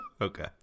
Okay